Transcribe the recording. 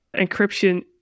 encryption